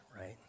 right